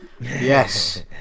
Yes